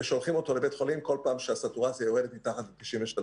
ושולחים אותו לבית החולים כל פעם שהסטורציה יורדת מתחת ל-93.